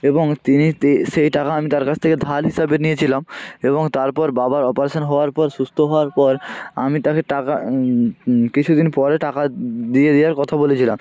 এবং তিনি তে সেই টাকা আমি তার কাছ থেকে ধার হিসাবে নিয়েছিলাম এবং তারপর বাবার অপারেশান হওয়ার পর সুস্থ হওয়ার পর আমি তাকে টাকা কিছু দিন পরে টাকা দিয়ে দেওয়ার কথা বলেছিলাম